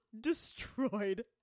destroyed